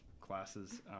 classes